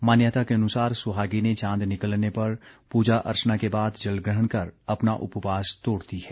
मान्यता के अनुसार सुहागिनें चांद निकलने पर पूजा अर्चना के बाद जल ग्रहण कर अपना उपवास तोड़ती है